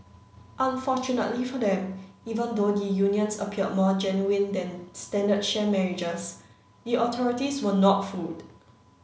unfortunately for them even though the unions appeared more genuine than standard sham marriages the authorities were not fooled